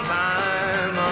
time